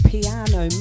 Piano